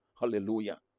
Hallelujah